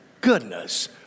Goodness